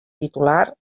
titular